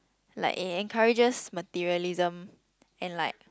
like it encourages materialism and like